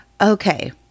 Okay